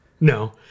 No